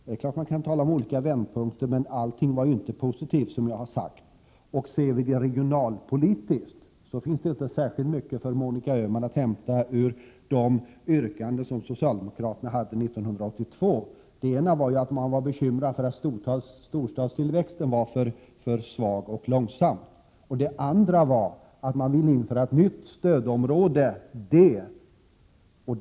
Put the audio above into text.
Det är klart att man kan tala om olika vändpunkter, men allting var som sagt inte positivt. Och ser vi det hela regionalpolitiskt finns det inte särskilt mycket för Monica Öhman att hämta ur de många yrkanden som socialdemokraterna hade 1982. Ett förslag gick ju ut på att man var bekymrad för att storstadstillväxten var för svag och för långsam. Ett annat huggskott var att man ville införa ett nytt stödområde, D.